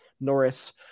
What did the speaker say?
norris